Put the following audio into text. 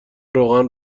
روغن